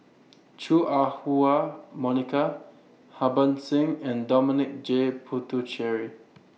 Chua Ah Huwa Monica Harbans Singh and Dominic J Puthucheary